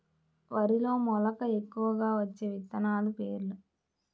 వరిలో మెలక ఎక్కువగా వచ్చే విత్తనాలు పేర్లు?